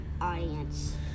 audience